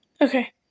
Okay